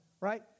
right